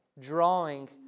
drawing